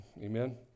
Amen